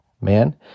man